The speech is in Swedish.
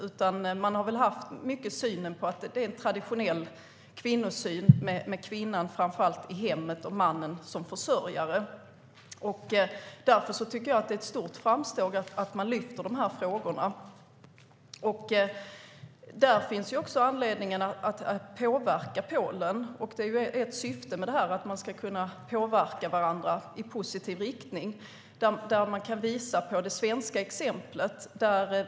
Man har haft en traditionell kvinnosyn med kvinnan framför allt i hemmet och mannen som försörjare. Jag tycker därför att det är ett stort framsteg att man lyfter fram de frågorna. Det finns också anledning att påverka Polen. Ett syfte med detta är att man ska kunna påverka varandra i positiv riktning. Man kan där visa på det svenska exemplet.